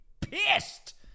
pissed